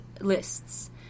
lists